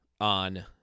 on